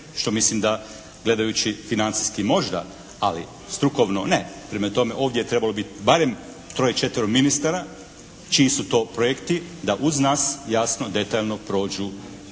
što mislim da gledajući financijski možda. Ali strukovno ne. Prema tome, ovdje je trebalo biti barem troje, četvero ministara čiji su to projekti da uz nas jasno, detaljno prođu